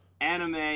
anime